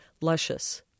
luscious